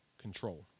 control